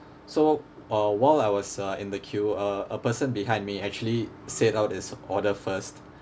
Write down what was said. so uh while I was uh in the queue uh a person behind me actually said out his order first